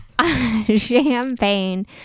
Champagne